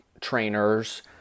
trainers